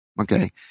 Okay